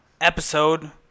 episode